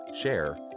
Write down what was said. share